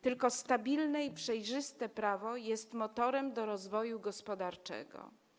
Tylko stabilne i przejrzyste prawo jest motorem rozwoju gospodarczego.